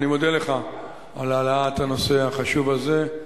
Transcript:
אני מודה לך על העלאת הנושא החשוב הזה.